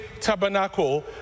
Tabernacle